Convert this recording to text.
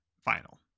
final